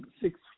six